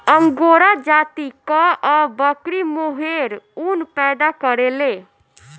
angora जाति कअ बकरी मोहेर ऊन पैदा करेले